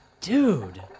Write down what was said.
Dude